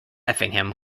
effingham